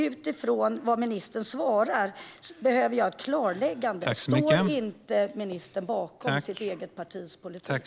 Utifrån ministerns svar behöver jag ett klarläggande. Står ministern inte bakom sitt eget partis politik?